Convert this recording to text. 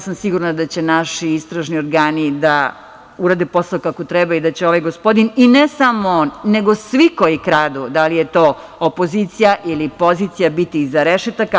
Sigurna sam da će naši istražni organi da urade posao kako treba i da će ovaj gospodin, i ne samo on, nego svi koji kradu, da li je to opozicija, ili pozicija, biti iza rešetaka.